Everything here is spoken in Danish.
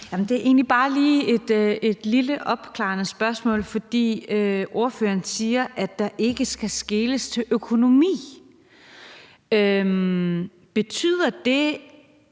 Det er egentlig bare et lille opklarende spørgsmål. Ordføreren siger, at der ikke skal skeles til økonomien. Betyder det,